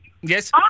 Yes